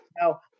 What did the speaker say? Now